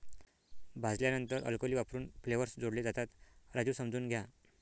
भाजल्यानंतर अल्कली वापरून फ्लेवर्स जोडले जातात, राजू समजून घ्या